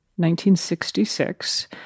1966